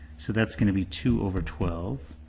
so that's going to be two over twelve.